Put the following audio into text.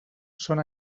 són